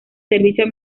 servicio